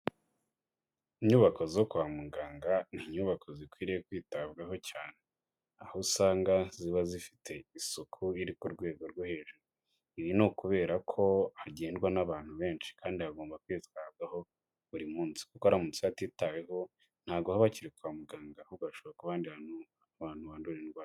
Inyubako zo kwa muganga ni inyubako zikwiye kwitabwaho cyane aho usanga ziba zifite isuku iri ku rwego rwo hejuru ibi ni ukubera ko hagendwa n'abantu benshi kandi hagomba kwitabwaho buri munsi kuko haramutse hatitaweho ntago haba bakiri kwa muganga ahubwo hashobora kubandi ahantu abantu bakandurira indwara.